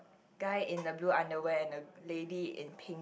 guy in the blue underwear and the lady in pink